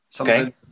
Okay